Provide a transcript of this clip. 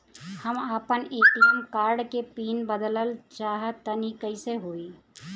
हम आपन ATM card के पीन बदलल चाहऽ तनि कइसे होई?